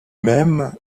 même